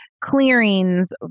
clearings